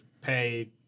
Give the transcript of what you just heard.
pay